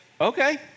okay